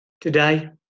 today